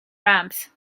ramps